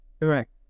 Correct